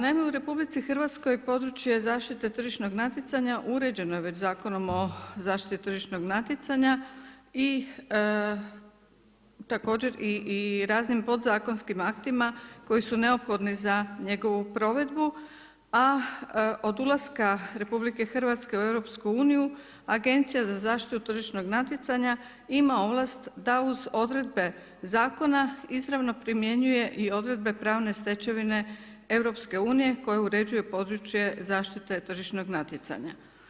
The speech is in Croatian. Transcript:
Naime u RH područje zaštite tržišnog natjecanja, uređeno je već Zakonom o zaštiti tržišnog natjecanja i također i raznim podzakonskim aktima koji su neophodni za njegovu provedbu, a od ulaska RH u EU, agencija za zaštitu tržišnog natjecanja ima ovlast da uz odredbe zakona izravno primjenjuje i odredbe pravne stečevine EU, koje određuje područje zaštite tržišnog natjecanja.